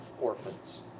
orphans